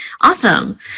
awesome